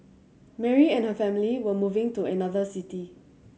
Mary and her family were moving to another city